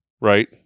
right